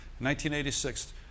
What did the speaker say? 1986